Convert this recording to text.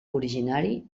originari